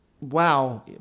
wow